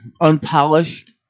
unpolished